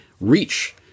reach